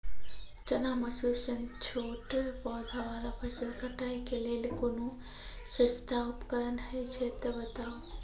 चना, मसूर सन छोट पौधा वाला फसल कटाई के लेल कूनू सस्ता उपकरण हे छै तऽ बताऊ?